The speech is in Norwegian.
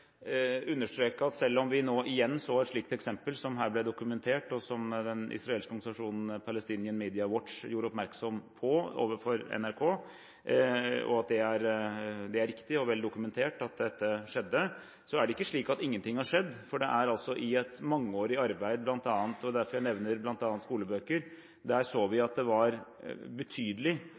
understreke at selv om vi nå igjen så et slikt eksempel som her ble dokumentert – og som den israelske organisasjonen Palestinian Media Watch gjorde oppmerksom på overfor NRK, at det er riktig og vel dokumentert at dette skjedde – er det ikke slik at ingenting har skjedd. Gjennom et mangeårig arbeid – det er derfor jeg nevner bl.a. skolebøker – så vi at det var